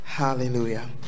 hallelujah